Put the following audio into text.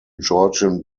georgian